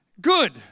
Good